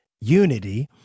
unity